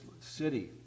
city